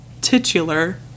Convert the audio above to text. titular